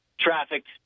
Trafficked